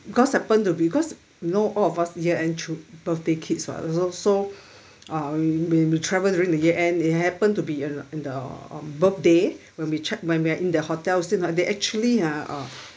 because happen to be cause know all of us year end through birthday kids [what] so uh when we we travel during the year end it happened to be year end and the birthday when we checked when we're in the hotel scene lor they actually ah uh